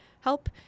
help